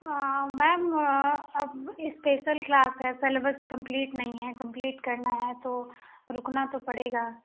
ma'am special class है syllabus complete नहीं है कम्प्लीट करना है तो रुकना तो पड़ेगा